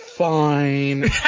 Fine